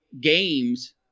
games